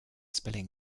spelling